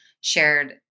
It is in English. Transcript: shared